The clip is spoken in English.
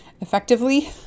effectively